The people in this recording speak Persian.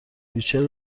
ریچل